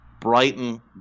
Brighton